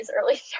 early